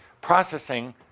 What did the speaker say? processing